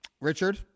Richard